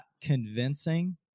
Convincing